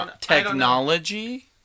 technology